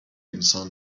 انسان